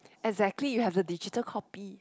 exactly you have the digital copy